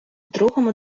другому